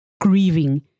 grieving